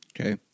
Okay